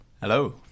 Hello